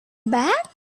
back